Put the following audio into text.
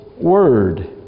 word